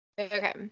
Okay